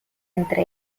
entre